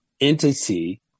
entity